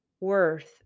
worth